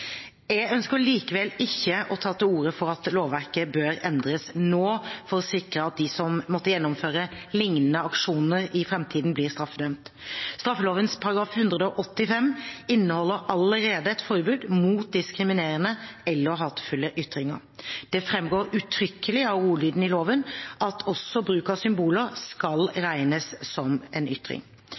Jeg ønsker likevel ikke å ta til orde for at lovverket bør endres nå for å sikre at de som måtte gjennomføre liknende aksjoner i framtiden, blir straffedømt. Straffeloven § 185 inneholder allerede et forbud mot diskriminerende eller hatefulle ytringer. Det framgår uttrykkelig av ordlyden i loven at også bruk av symboler skal regnes som en ytring.